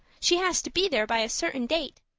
she has to be there by a certain date.